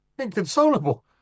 Inconsolable